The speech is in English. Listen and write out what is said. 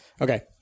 Okay